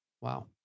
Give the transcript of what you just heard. Wow